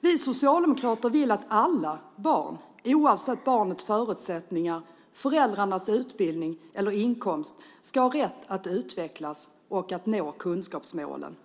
Vi socialdemokrater vill att alla barn, oavsett barnets förutsättningar, föräldrarnas utbildning eller inkomst, ska ha rätt att utvecklas och nå kunskapsmålen.